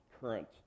current